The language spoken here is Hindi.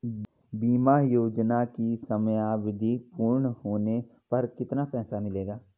बीमा योजना की समयावधि पूर्ण होने पर कितना पैसा मिलेगा?